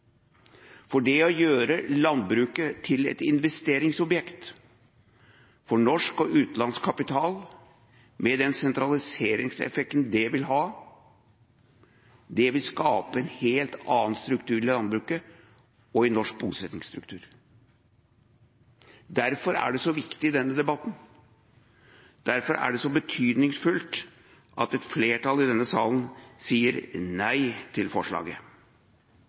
for det å gjøre landbruket til et investeringsobjekt for norsk og utenlandsk kapital, med den sentraliseringseffekten det vil ha, vil skape en helt annen struktur i landbruket og i norsk bosettingsmønster. Derfor er det så viktig i denne debatten og derfor er det så betydningsfullt at et flertall i denne salen sier nei til forslaget.